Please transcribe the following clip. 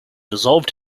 dissolved